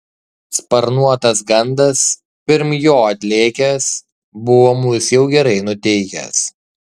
sparnuotas gandas pirm jo atlėkęs buvo mus jau gerai nuteikęs